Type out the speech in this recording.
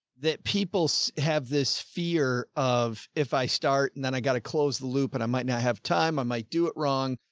that people so have this fear of, if i start and then i gotta close the loop and i might not have time, i might do it wrong?